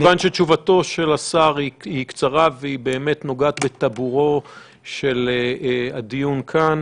מכיוון שתשובתו של השר היא קצרה והיא באמת נוגעת בטבורו של הדיון כאן,